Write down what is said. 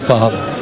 Father